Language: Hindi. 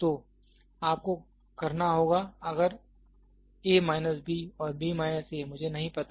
तो आपको करना होगा अगर A माइनस B और B माइनस A मुझे नहीं पता